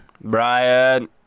Brian